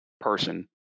person